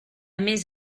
més